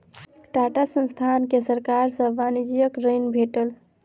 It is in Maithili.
टाटा संस्थान के सरकार सॅ वाणिज्यिक ऋण भेटल